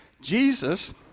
Jesus